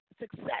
success